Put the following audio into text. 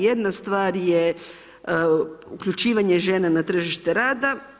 Jedna stvar je uključivanje žena na tržište rada.